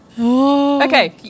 okay